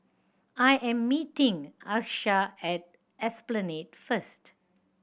I am meeting Achsah at Esplanade first